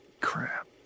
Crap